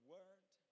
Word